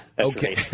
Okay